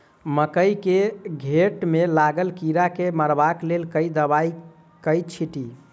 मकई केँ घेँट मे लागल कीड़ा केँ मारबाक लेल केँ दवाई केँ छीटि?